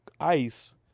ice